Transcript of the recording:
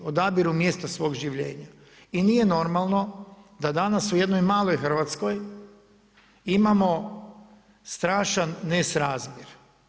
Odabiru mjesta svog življenja i nije normalno, da danas u jednoj maloj Hrvatskoj imamo strašan nesrazmjer.